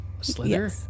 Slither